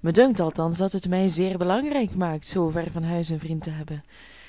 me dunkt althans dat het mij zeer belangrijk maakt zoo ver van huis een vriend te hebben